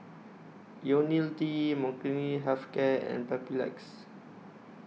Ionil T Molnylcke Health Care and Papulex